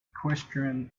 equestrian